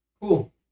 Cool